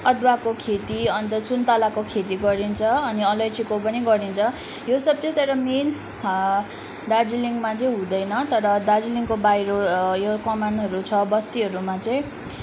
अदुवाको खेती अन्त सुन्तलाको खेती गरिन्छ अनि अलैँचीको पनि गरिन्छ यो सब चाहिँ तर मेन दार्जिलिङमा चाहिँ हुँदैन तर दार्जिलिङको बाहिर यो कमानहरू छ बस्तीहरूमा चाहिँ